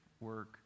work